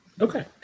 Okay